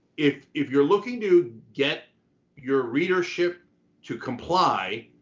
if if you're looking to get your readership to comply,